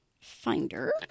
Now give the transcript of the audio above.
finder